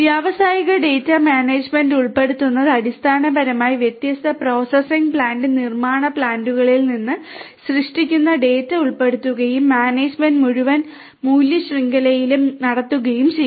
വ്യാവസായിക data management ഉൾപ്പെടുത്തുന്നത് അടിസ്ഥാനപരമായി വ്യത്യസ്ത പ്രോസസ്സിംഗ് പ്ലാന്റ് നിർമ്മാണ പ്ലാന്റുകളിൽ നിന്ന് സൃഷ്ടിക്കുന്ന ഡാറ്റ ഉൾപ്പെടുത്തുകയും മാനേജ്മെന്റ് മുഴുവൻ മൂല്യ ശൃംഖലയിലും നടത്തുകയും ചെയ്യും